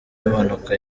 impanuka